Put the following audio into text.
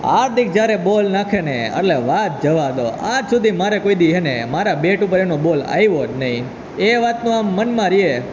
હાર્દિક જ્યારે બોલ નાંખેને એટલે વાત જવા દો આજ સુધી મારે કદી છેને મારા બેટ ઉપર એનો બોલ આવ્યો જ નહીં એ વાતનું આમ મનમાં રહે